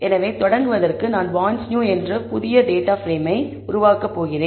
எனவே தொடங்குவதற்கு நான் பாண்ட்ஸ்நியூ என்று ஒரு புதிய டேட்டா பிரேமை உருவாக்கப் போகிறேன்